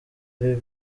ari